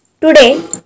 Today